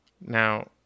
Now